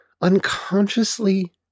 unconsciously